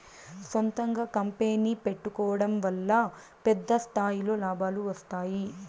సొంతంగా కంపెనీ పెట్టుకోడం వల్ల పెద్ద స్థాయిలో లాభాలు వస్తాయి